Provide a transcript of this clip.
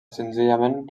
senzillament